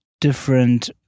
different